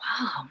wow